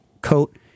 coat